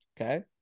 okay